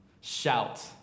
Shout